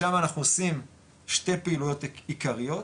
שמה אנחנו עושים שתי פעילויות עיקריות,